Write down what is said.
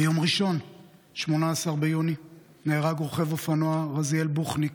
ביום ראשון 18 ביוני נהרג רוכב האופנוע רזיאל בוחניק,